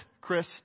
Chris